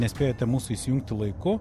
nespėjate mūsų įsijungti laiku